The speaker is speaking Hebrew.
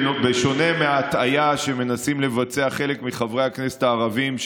בשונה מההטעיה שמנסים לבצע חלק מחברי הכנסת הערבים,